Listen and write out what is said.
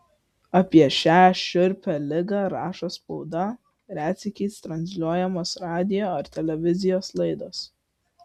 apie šią šiurpią ligą rašo spauda retsykiais transliuojamos radijo ar televizijos laidos